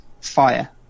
fire